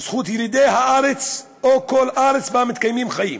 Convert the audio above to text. זכות ילידי הארץ או כל ארץ שבה מתקיימים חיים.